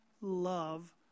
love